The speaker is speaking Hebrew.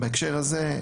בהקשר הזה,